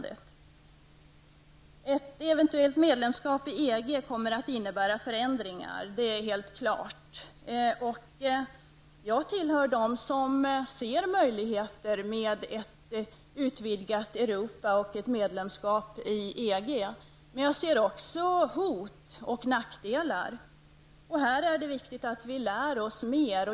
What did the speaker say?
Ett eventuellt medlemskap i EG kommer att innebära förändringar, det är helt klart. Jag tillhör dem som ser möjligheter med ett utvidgat Europa och ett medlemskap i EG. Men jag ser också hot och nackdelar. Här är det viktigt att vi lär oss mer.